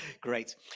great